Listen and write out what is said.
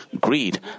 greed